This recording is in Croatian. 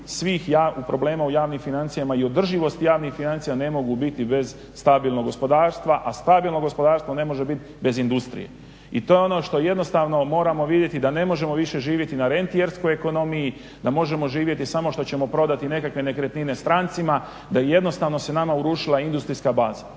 svih problema u javnim financijama i održivost javnih financija ne mogu biti bez stabilnog gospodarstva, a stabilno gospodarstvo ne može biti bez industrije i to je ono što jednostavno moramo vidjeti da ne možemo više živjeti na rentijerskoj ekonomiji, da možemo živjeti samo što ćemo prodati nekakve nekretnine strancima, da jednostavno se nama urušila industrijska baza.